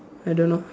I don't know